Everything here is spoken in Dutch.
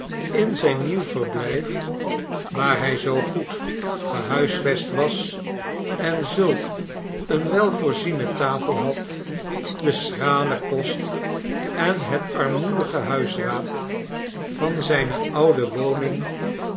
in zijn nieuw verblijf waar hij zoo goed gehuisvest was en zulk eene welvoorziene tafel had den schralen kost en het armoedige huisraad van zijne oude woning